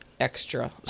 extra